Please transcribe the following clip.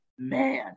Man